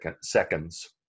seconds